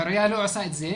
העירייה לא עושה את זה,